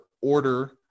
order